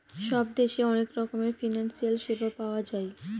সব দেশে অনেক রকমের ফিনান্সিয়াল সেবা পাওয়া যায়